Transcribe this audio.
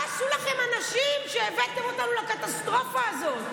מה עשו לכן הנשים שהבאתם אותנו לקטסטרופה הזאת?